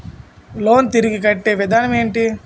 Loan తిరిగి కట్టే విధానం ఎంటి?